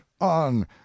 on